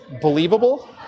Believable